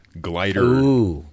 glider